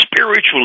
spiritually